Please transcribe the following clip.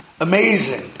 amazing